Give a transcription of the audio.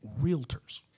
realtors